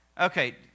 Okay